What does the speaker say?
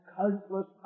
countless